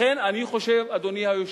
לכן אני חושב, אדוני היושב-ראש,